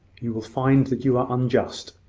you will find that you are unjust.